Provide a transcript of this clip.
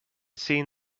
seen